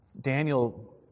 Daniel